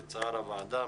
לצער הוועדה,